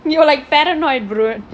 you're like paranoid bro